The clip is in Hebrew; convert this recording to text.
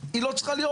היא לא צריכה להיות.